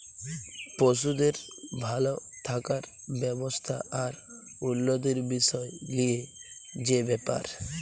পশুদের ভাল থাকার ব্যবস্থা আর উল্যতির বিসয় লিয়ে যে ব্যাপার